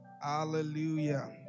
Hallelujah